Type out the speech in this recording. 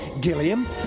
Gilliam